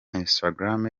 instagram